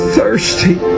thirsty